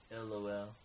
LOL